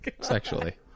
sexually